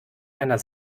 einer